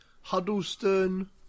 Huddleston